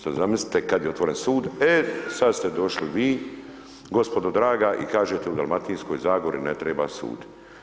Sad zamislite kad je otvoren sud, e sad ste došli vi, gospodo draga i kažete, u Dalmatinskoj zagori ne treba sud.